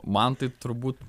man tai turbūt